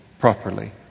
properly